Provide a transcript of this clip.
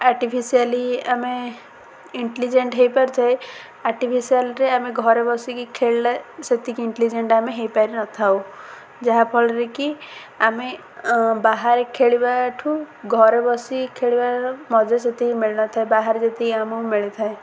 artificially ଆମେ intelligent ହୋଇପାରି ଥାଏ ଆର୍ଟିଫିସିଆଲରେ ଆମେ ଘରେ ବସିକି ଖେଳିଲା ସେତିକି ଇଣ୍ଟେଲିଜେଣ୍ଟ ଆମେ ହୋଇପାରିନଥାଉ ଯାହାଫଳରେ କି ଆମେ ବାହାରେ ଖେଳିବାଠୁ ଘରେ ବସିିକି ଖେଳିବାର ମଜା ସେତିକି ମିଳିନଥାଏ ବାହାରେ ଯେତିକି ଆମକୁ ମିଳିଥାଏ